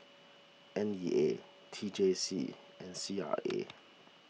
N E A T J C and C R A